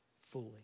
fully